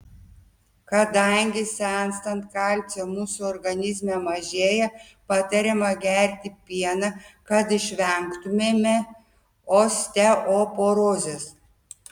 kadangi senstant kalcio mūsų organizme mažėja patariama gerti pieną kad išvengtumėme osteoporozės